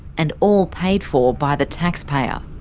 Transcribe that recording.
and all paid for by the taxpayer.